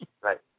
Right